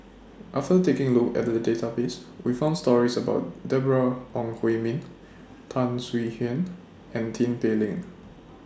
after taking A Look At The Database We found stories about Deborah Ong Hui Min Tan Swie Hian and Tin Pei Ling